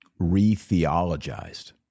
re-theologized